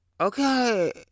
Okay